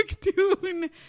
dune